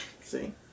See